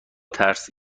ترس